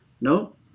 No